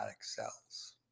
cells